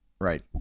Right